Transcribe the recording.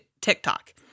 TikTok